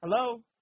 Hello